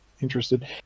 interested